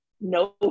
no